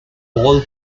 paul